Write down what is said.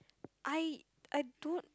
I I don't